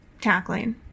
tackling